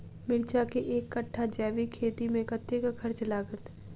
मिर्चा केँ एक कट्ठा जैविक खेती मे कतेक खर्च लागत?